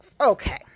Okay